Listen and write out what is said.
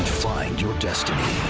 find your destiny.